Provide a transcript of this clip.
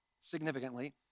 significantly